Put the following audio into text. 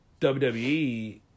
WWE